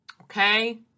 Okay